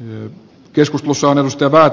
yh keskusmuseon ystävät